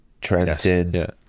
Trenton